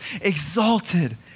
exalted